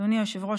אדוני היושב-ראש,